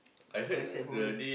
quite sad for her